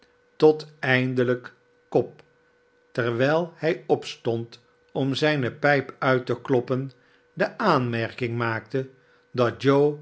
tot eindelijk cobb terwijl hij opstond om zijne pijp uit te kloppen de aanmerking maakte dat